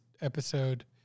episode